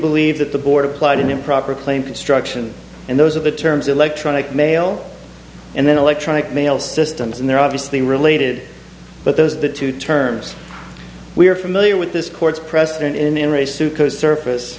believe that the board applied an improper claim construction and those are the terms electronic mail and then electronic mail systems and they're obviously related but those are the two terms we are familiar with this court's precedent